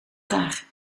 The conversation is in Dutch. graag